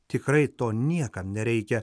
tikrai to niekam nereikia